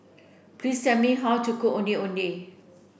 please tell me how to cook Ondeh Ondeh